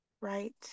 Right